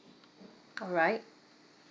all right